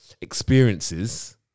experiences